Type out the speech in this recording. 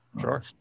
Sure